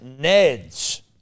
Neds